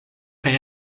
kaj